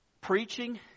Preaching